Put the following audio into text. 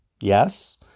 Yes